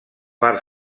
part